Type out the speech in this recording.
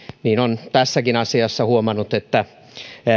niin on tässäkin asiassa huomattu että